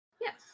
Yes